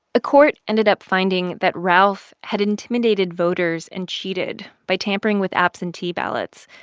court ended up finding that ralph had intimidated voters and cheated by tampering with absentee ballots,